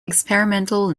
experimental